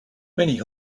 many